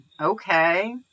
Okay